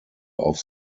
auf